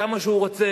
כמה שהוא רוצה,